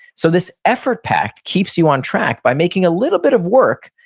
so this effort pact keeps you on track by making a little bit of work,